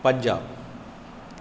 Punjab